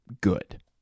good